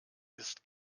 ist